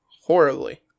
Horribly